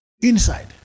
inside